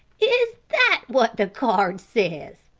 is that what the card says?